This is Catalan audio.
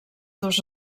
dos